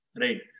Right